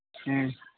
ആ